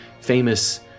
famous